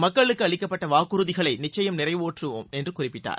மக்களுக்கு அளிக்கப்பட்ட வாக்குறுதிகளை நிச்சயம் நிறைவேற்றுவோம் என்றும் குறிப்பிட்டார்